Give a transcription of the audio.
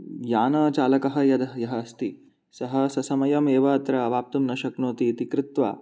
यान चालकः यत् यःअस्ति सः ससमयम् एव अत्र आवाप्तुम् न शक्नोति इति कृत्वा